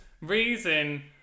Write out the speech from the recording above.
reason